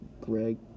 Greg